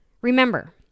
Remember